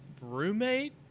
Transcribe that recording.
roommate